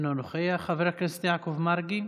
אינו נוכח, חבר הכנסת יעקב מרגי,